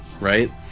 right